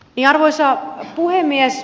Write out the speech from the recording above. arvoisa puhemies